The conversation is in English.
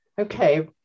Okay